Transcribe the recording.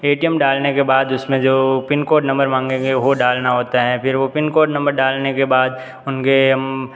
ए T M डालने के बाद उसमें जो पिनकोड नंबर मांगेंगे वो डालना होता हैं फिर वह पिनकोड नंबर डालने के बाद उनके